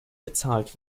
bezahlt